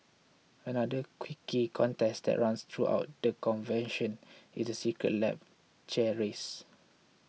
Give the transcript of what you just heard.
another quirky contest that runs throughout the convention is the Secret Lab chair race